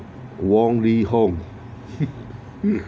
wong leehom